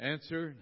Answer